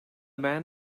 man